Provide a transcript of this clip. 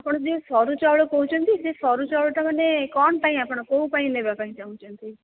ଆପଣ ଯେଉଁ ସରୁ ଚାଉଳ କହୁଛନ୍ତି ଯେ ସରୁ ଚାଉଳଟା ମାନେ କ'ଣ ପାଇଁ ଆପଣ କେଉଁ ପାଇଁ ନେବା ପାଇଁ ଚାହୁଁଛନ୍ତି